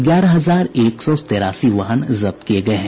ग्यारह हजार एक सौ तेरासी वाहन जब्त किये गये हैं